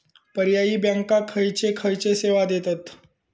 पर्यायी बँका खयचे खयचे सेवा देतत?